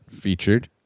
featured